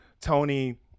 Tony